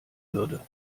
würde